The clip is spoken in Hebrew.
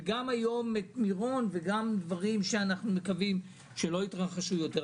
וגם מירון וגם אסונות חלילה בעתיד.